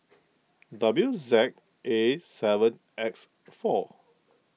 W Z A seven X four